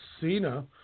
Cena